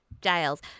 giles